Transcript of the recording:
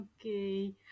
Okay